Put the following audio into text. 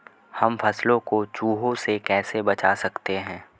हम फसलों को चूहों से कैसे बचा सकते हैं?